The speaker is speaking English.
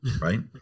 right